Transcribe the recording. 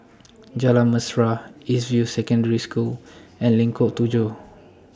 Jalan Mesra East View Secondary School and Lengkok Tujoh